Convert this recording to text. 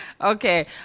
Okay